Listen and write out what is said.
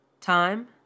Time